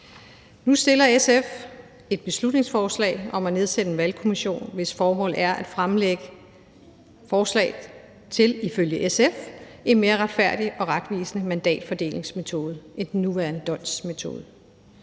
SF fremsat et beslutningsforslag om at nedsætte en valgkommission, hvis formål er at fremlægge forslag til en ifølge SF mere retfærdig og retvisende mandatfordelingsmetode end den nuværende d'Hondts metode.